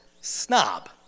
snob